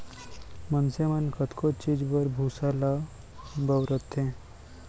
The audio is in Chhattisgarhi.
मनसे मन कतको चीज बर भूसा ल बउरथे